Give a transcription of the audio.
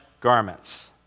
garments